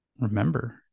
remember